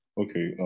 Okay